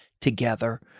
together